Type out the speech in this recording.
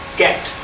get